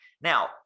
Now